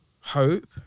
hope